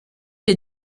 les